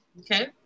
okay